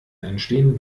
entstehen